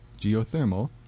geothermal